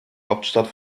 hauptstadt